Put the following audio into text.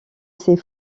ces